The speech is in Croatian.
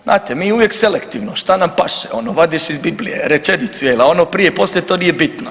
Znate, mi uvijek selektivno, šta nam paše, ono vadiš iz Biblije rečenicu, a ono prije i poslije nije bitno.